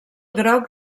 groc